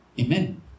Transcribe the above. Amen